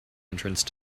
entrance